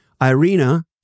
Irina